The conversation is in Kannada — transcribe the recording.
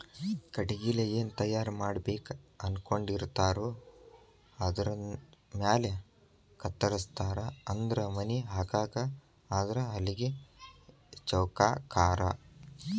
ಕಟಗಿಲೆ ಏನ ತಯಾರ ಮಾಡಬೇಕ ಅನಕೊಂಡಿರತಾರೊ ಆಧಾರದ ಮ್ಯಾಲ ಕತ್ತರಸ್ತಾರ ಅಂದ್ರ ಮನಿ ಹಾಕಾಕ ಆದ್ರ ಹಲಗಿ ಚೌಕಾಕಾರಾ